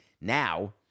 Now